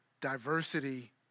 diversity